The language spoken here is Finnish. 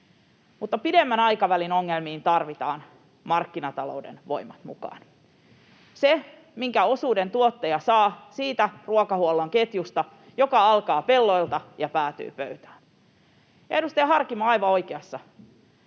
mutta pidemmän aikavälin ongelmiin tarvitaan markkinatalouden voimat mukaan — se, minkä osuuden tuottaja saa siitä ruokahuollon ketjusta, joka alkaa pelloilta ja päätyy pöytään. Ja edustaja Harkimo on aivan oikeassa: